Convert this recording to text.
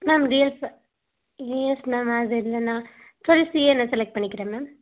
ma'am reels yes ma'am அது இல்லை நான் ட்வெல் சியே நான் செலக்ட் பண்ணிக்கிறேன் மேம்